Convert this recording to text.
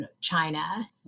China